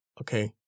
Okay